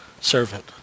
servant